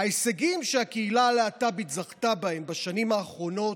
שההישגים שהקהילה הלהט"בית זכתה בהם בשנים האחרונות,